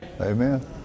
Amen